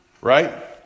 Right